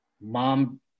mom